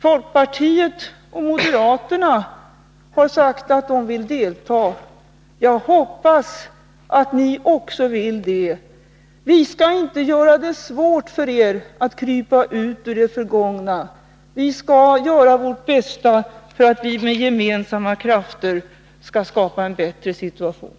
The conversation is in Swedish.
Folkpartiet och moderaterna har sagt att de vill delta. Jag hoppas att ni också vill det. Vi skall inte göra det svårt för er att krypa ut ur det förgångna. Vi skall göra vårt bästa för att vi med gemensamma krafter skall skapa en bättre situation.